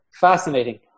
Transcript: fascinating